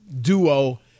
duo